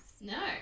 No